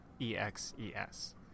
E-X-E-S